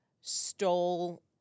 stole